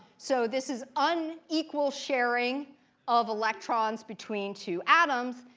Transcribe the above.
so this is unequal sharing of electrons between two atoms,